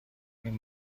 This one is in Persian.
این